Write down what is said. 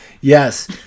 Yes